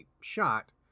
shot